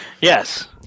yes